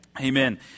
Amen